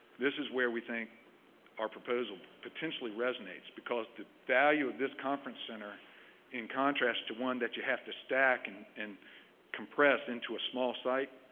this is where we think our proposal potentially resonates because the value of this conference center in contrast to one you have to stack and and compress into a small site,